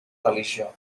religió